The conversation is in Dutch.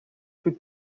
goed